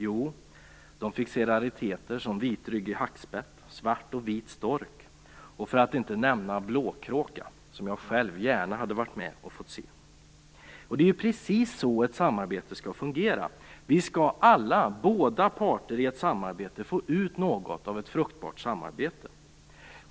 Jo, de fick se rariteter som vitryggig hackspett, svart och vit stork samt blåkråka - som jag själv gärna skulle ha velat se. Det är precis så ett samarbete skall fungera. Båda parter skall få ut något av ett fruktbart samarbete.